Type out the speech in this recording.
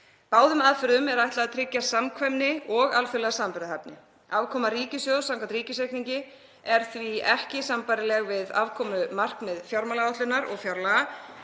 Báðum aðferðum er ætlað að tryggja samkvæmni og alþjóðlega samanburðarhæfni. Afkoma ríkissjóðs samkvæmt ríkisreikningi er því ekki sambærileg við afkomumarkmið fjármálaáætlunar og fjárlaga.